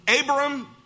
Abram